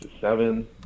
seven